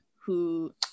who-